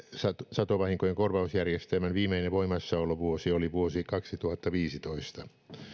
satovahinkojen korvausjärjestelmän viimeinen voimassaolovuosi oli vuosi kaksituhattaviisitoista satovahinkovakuutusten